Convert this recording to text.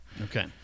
Okay